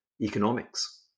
economics